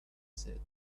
said